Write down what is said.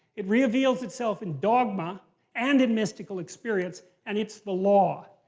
it reveals itself in dogma and in mystical experience. and it's the law.